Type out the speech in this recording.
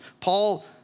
Paul